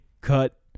cut